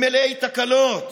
הם מלאי תקלות.